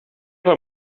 haar